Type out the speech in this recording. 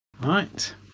Right